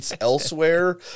elsewhere